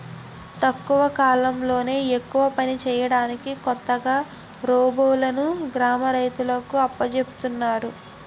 తక్కువ కాలంలో ఎక్కువ పని చేయడానికి కొత్తగా రోబోలును గ్రామ రైతులకు అప్పజెపుతున్నారు